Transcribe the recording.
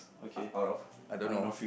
out of I don't know